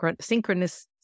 synchronous